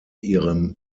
ihrem